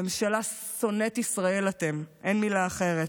ממשלה שונאת ישראל אתם, אין מילה אחרת.